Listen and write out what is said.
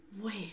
wait